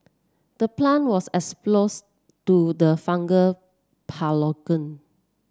the plant was exposed to the fungal pathogen